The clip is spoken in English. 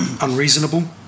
unreasonable